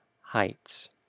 heights